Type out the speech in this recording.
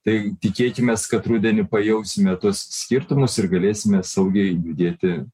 tai tikėkimės kad rudenį pajausime tuos skirtumus ir galėsime saugiai judėti